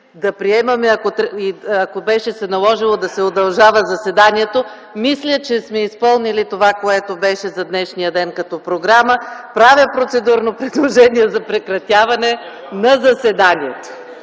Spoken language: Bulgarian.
да приемем, ако се беше наложило да се удължава заседанието. Мисля, че сме изпълнили това, което беше за днешния ден като програма. Правя процедурно предложение за прекратяване на заседанието.